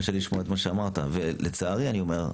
קשה לשמוע את מה שאמרת ולצערי אני אומר,